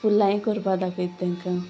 फुलांय करपा दाखयता तांकां